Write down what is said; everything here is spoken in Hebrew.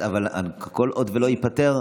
-- אבל כל עוד לא ייפתר,